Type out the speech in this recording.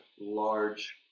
large